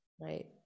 Right